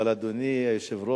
אבל, אדוני היושב-ראש,